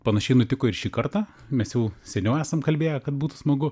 panašiai nutiko ir šį kartą mes jau seniau esam kalbėję kad būtų smagu